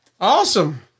Awesome